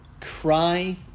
cry